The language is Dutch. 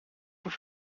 voor